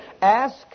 Ask